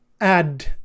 add